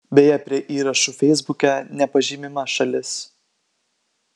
beje prie įrašų feisbuke nepažymima šalis